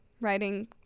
writing